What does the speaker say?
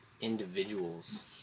individuals